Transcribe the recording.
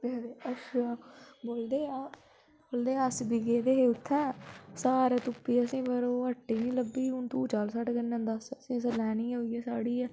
फिर हस्सेआ बोलदे बोलदे अस बी गेदे उत्थें सारै तुप्पी असेंई पर ओह् हट्टी नी लब्भी हून तूं चल साढ़े कन्नै दस असें असैं लैनी गै उ'यै साड़ी ऐ